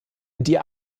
die